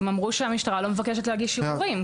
הם אמרו שהמשטרה לא מבקשת להגיש ערעורים.